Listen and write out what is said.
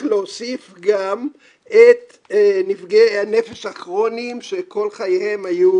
להוסיף גם את נפגעי הנפש הכרוניים שכל חייהם היו,